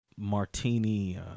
martini